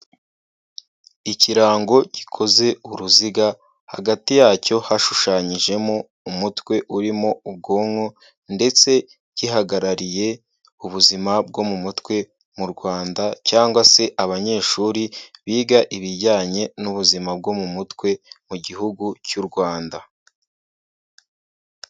Ikirango gikoze uruziga, hagati yacyo hashushanyijemo umutwe urimo ubwonko ndetse gihagarariye ubuzima bwo mu mutwe mu Rwanda cyangwa se abanyeshuri biga ibijyanye n'ubuzima bwo mu mutwe mu gihugu cy'u Rwanda.